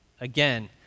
again